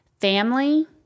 Family